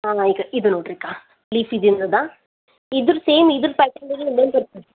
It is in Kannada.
ಹಾಂ ಇಕೋ ಇದು ನೋಡಿರಿ ಇಕೋ ಲೀಫಿದಿಂದರದ ಇದ್ರ ಸೇಮ್ ಇದ್ರ ಪ್ಯಾಟರ್ನ್ದಗೆ ಇನ್ನೊಂದು ಬರ್ತದೆ